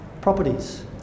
properties